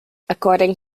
according